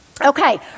Okay